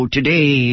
Today